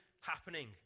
happening